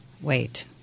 Wait